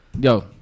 yo